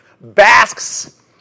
basks